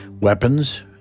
Weapons